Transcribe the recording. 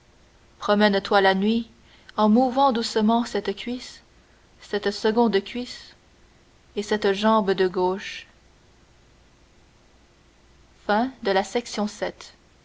promène toi la nuit en mouvant doucement cette cuisse cette seconde cuisse et cette jambe de gauche